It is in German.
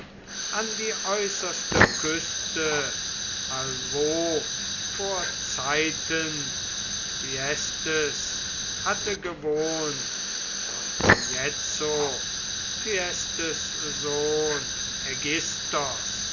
an die äußerste küste allwo vor zeiten thyestes hatte gewohnt und jetzo thyestes sohn